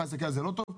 אחד יסתכל על זה לא טוב,